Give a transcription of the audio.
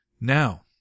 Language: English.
Now